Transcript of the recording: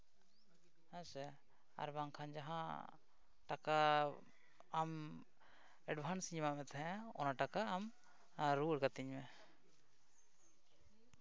ᱦᱳᱭ ᱥᱮ ᱟᱨ ᱵᱟᱝᱠᱷᱟᱱ ᱡᱟᱦᱟᱸ ᱴᱟᱠᱟ ᱟᱢ ᱮᱰᱵᱷᱟᱱᱥᱤᱧ ᱮᱢᱟᱫ ᱢᱮ ᱛᱟᱦᱮᱸᱫ ᱚᱱᱟ ᱴᱟᱠᱟ ᱟᱢ ᱨᱩᱣᱟᱹᱲ ᱠᱟᱹᱛᱤᱧ ᱢᱮ